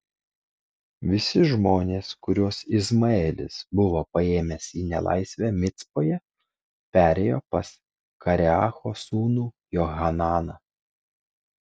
visi žmonės kuriuos izmaelis buvo paėmęs į nelaisvę micpoje perėjo pas kareacho sūnų johananą